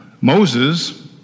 Moses